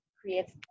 creates